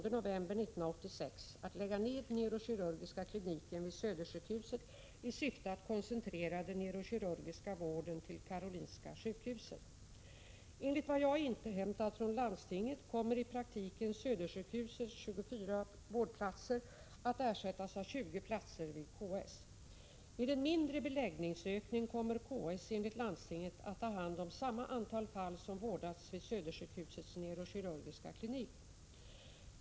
Enligt vad jag har inhämtat från landstinget kommer i praktiken Södersjukhusets 24 vårdplatser att ersättas av 20 platser vid KS. Med en mindre beläggningsökning kommer KS enligt landstinget att ta hand om samma antal fall som vårdats vid Södersjukhusets neurokirurgiska klinik.